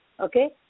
okay